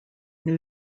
new